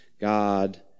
God